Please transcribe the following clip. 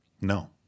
No